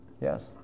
Yes